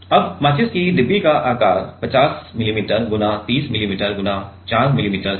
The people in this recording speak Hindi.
अब माचिस की डिब्बी का आकार 50 मिमी × 30 मिमी × 4 मिमी है